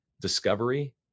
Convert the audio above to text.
discovery